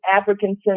African